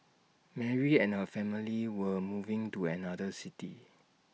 Mary and her family were moving to another city